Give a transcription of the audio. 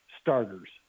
starters